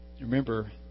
remember